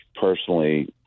personally